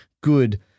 good